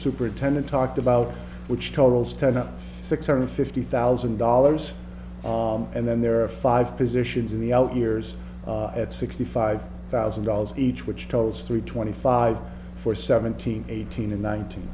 superintendent talked about which totals tied up six hundred fifty thousand dollars and then there are five positions in the out years at sixty five thousand dollars each which totals three twenty five i for seventeen eighteen and nineteen